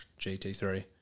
GT3